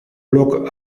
blog